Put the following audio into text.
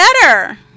better